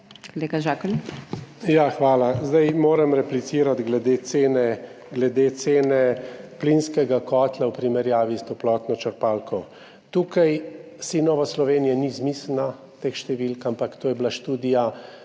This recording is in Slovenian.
Hvala. Moram replicirati glede cene plinskega kotla v primerjavi s toplotno črpalko. Tukaj si Nova Slovenija ni izmislila teh številk, ampak to je bila študija